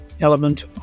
element